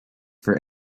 for